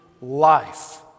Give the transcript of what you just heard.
life